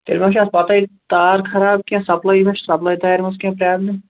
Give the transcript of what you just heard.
تیٚلہِ ما چھِ اَتھ پَتے تارخراب کیٚنٛہہ سَپلے ما چھِ سپلے تارِ مَنٛز کیٚنٛہہ پرابلِم